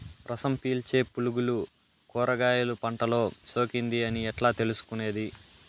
రసం పీల్చే పులుగులు కూరగాయలు పంటలో సోకింది అని ఎట్లా తెలుసుకునేది?